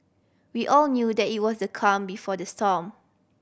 we all knew that it was the calm before the storm